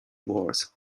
wars